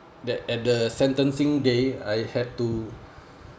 the at the sentencing day I had to